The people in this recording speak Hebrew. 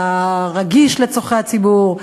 אתה רגיש לצורכי הציבור,